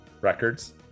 Records